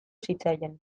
zitzaien